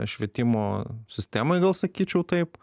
švietimo sistemai gal sakyčiau taip